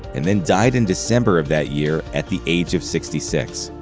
and then died in december of that year at the age of sixty six.